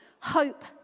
hope